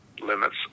limits